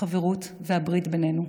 החברות והברית בינינו.